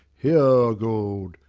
hear gold,